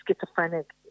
schizophrenic